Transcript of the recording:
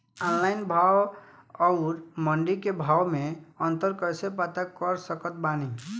Online भाव आउर मंडी के भाव मे अंतर कैसे पता कर सकत बानी?